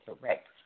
correct